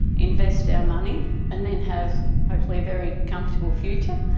invest our money and then have hopefully a very comfortable future.